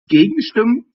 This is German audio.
gegenstimmen